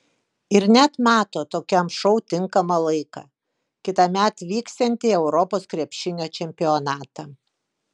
ir net mato tokiam šou tinkamą laiką kitąmet vyksiantį europos krepšinio čempionatą